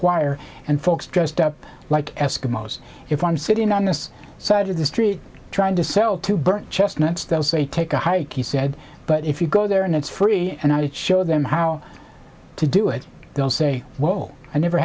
choir and folks dressed up like eskimoes if i'm sitting on this side of the street trying to sell two burnt chestnuts they'll say take a hike he said but if you go there and it's free and i'll show them how to do it they'll say well i never